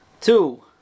Two